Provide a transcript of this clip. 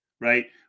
Right